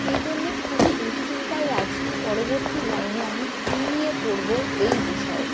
সেই জন্য খুবই দুশ্চিন্তায় আছি পরবর্তী লাইনে আমি কী নিয়ে পড়ব এই বিষয়ে